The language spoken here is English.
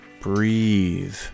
Breathe